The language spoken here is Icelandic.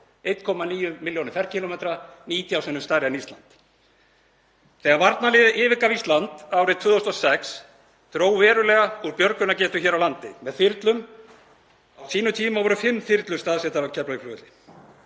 1,9 milljónir ferkílómetra, 19 sinnum stærra en Ísland. Þegar varnarliðið yfirgaf Ísland árið 2006 dró verulega úr björgunargetu hér á landi með þyrlum en á sínum tíma voru fimm þyrlur staðsettar á Keflavíkurflugvelli.